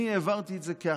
אני העברתי את זה כהחלטה